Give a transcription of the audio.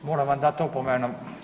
Moram vam dat opomenu.